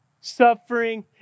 suffering